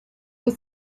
was